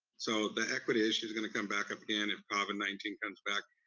so the equity issue's gonna come back up again if covid nineteen comes back.